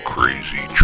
Crazy